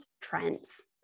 trends